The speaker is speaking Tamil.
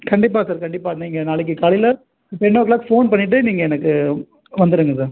கண்டிப்பாக சார் கண்டிப்பாக நீங்கள் நாளைக்கு காலையில் டென் ஓ க்ளாக் ஃபோன் பண்ணிவிட்டு நீங்கள் எனக்கு வந்துருங்க சார்